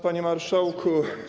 Panie Marszałku!